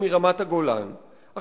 למעט ממשלות האחדות,